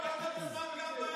יש לנו זמן גם בערב,